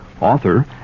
author